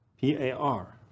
P-A-R